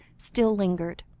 still lingered.